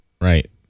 right